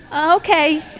Okay